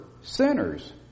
sinners